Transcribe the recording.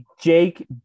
Jake